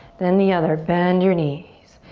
then the other, bend your knees.